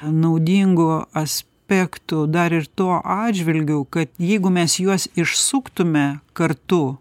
naudingų aspektų dar ir tuo atžvilgiu kad jeigu mes juos išsuktume kartu